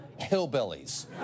Hillbillies